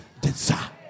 desire